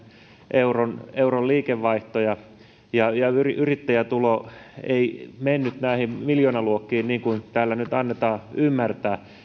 euron euron liikevaihto yrittäjätulo ei mennyt näihin miljoonaluokkiin niin kuin täällä nyt annetaan ymmärtää